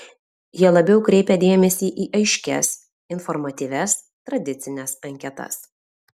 jie labiau kreipia dėmesį į aiškias informatyvias tradicines anketas